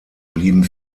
blieben